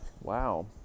Wow